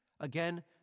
Again